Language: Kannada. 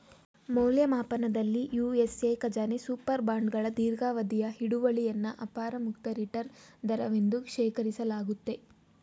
ಮೌಲ್ಯಮಾಪನದಲ್ಲಿ ಯು.ಎಸ್.ಎ ಖಜಾನೆ ಸೂಪರ್ ಬಾಂಡ್ಗಳ ದೀರ್ಘಾವಧಿಯ ಹಿಡುವಳಿಯನ್ನ ಅಪಾಯ ಮುಕ್ತ ರಿಟರ್ನ್ ದರವೆಂದು ಶೇಖರಿಸಲಾಗುತ್ತೆ